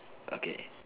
okay